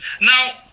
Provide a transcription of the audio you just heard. now